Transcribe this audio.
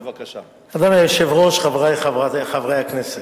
כבוד היושב-ראש, חברי חברי הכנסת,